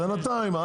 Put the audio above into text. בינתיים,